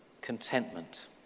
Contentment